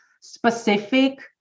specific